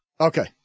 Okay